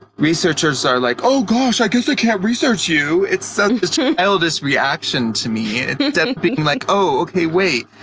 researchers are like, oh gosh, i guess i can't research you. it's such a childish reaction to me instead of being like, oh, okay, wait,